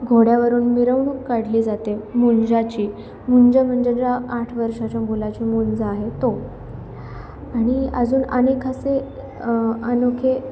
घोड्यावरून मिरवणूक काढली जाते मुंजाची मुंज म्हणजे ज्या आठ वर्षाच्या मुलाची मुंज आहे तो आणि अजून अनेक असे अनोखे